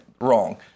wrong